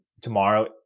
tomorrow